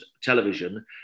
television